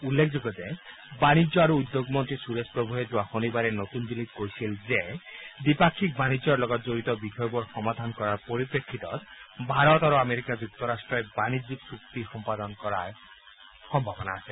উল্লেখযোগ্য যে বাণিজ্য আৰু উদ্যোগ মন্ত্ৰী সুৰেশ প্ৰভূৱে যোৱা শনিবাৰে নতুন দিল্লীত কৈছিল যে দ্বিপাক্ষিক বাণিজ্যৰ লগত জড়িত বিষয়বোৰ সমাধান কৰাৰ পৰিপ্ৰেক্ষিতত ভাৰত আৰু আমেৰিকা যুক্তৰাট্টই বাণিজ্য চূক্তি সম্পাদন কৰাৰ সম্ভাৱনা আছে